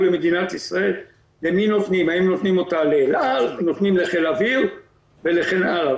במדינת ישראל לתת לאל על או לחיל אוויר וכן הלאה.